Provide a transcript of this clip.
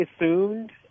assumed